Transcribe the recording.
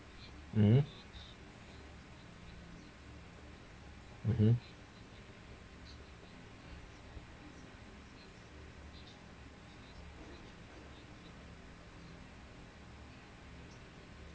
mmhmm mmhmm